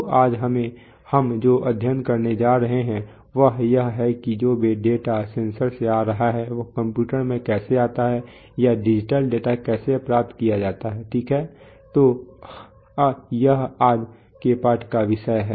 तो आज हम जो अध्ययन करने जा रहे हैं वह यह है कि जो डेटा सेंसर से आ रहा है वह कंप्यूटर में कैसे आता है या डिजिटल डेटा कैसे प्राप्त किया जाता है ठीक है तो यह आज के पाठ का विषय है